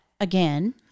again